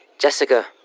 Jessica